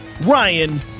Ryan